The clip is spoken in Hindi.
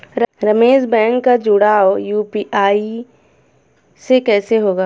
रमेश बैंक का जुड़ाव यू.पी.आई से कैसे होगा?